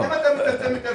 אם אתה מצמצם יותר שירותים,